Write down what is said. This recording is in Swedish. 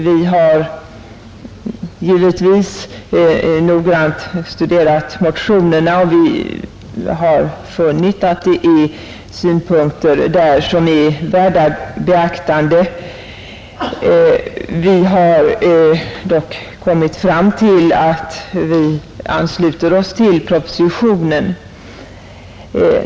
Vi har givetvis noggrannt studerat de aktuella motionerna. Vi har därvid funnit synpunkter som är värda ett beaktande, Vi har dock anslutit oss till propositionen.